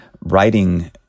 writing